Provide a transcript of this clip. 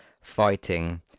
fighting